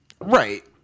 Right